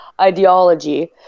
ideology